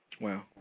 Wow